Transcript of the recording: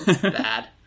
bad